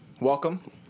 Welcome